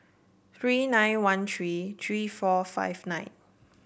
three nine one three three four five nine